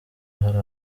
hari